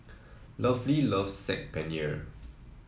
Lovey loves Saag Paneer